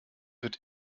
wird